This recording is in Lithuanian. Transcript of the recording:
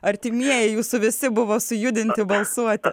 artimieji jūsų visi buvo sujudinti balsuot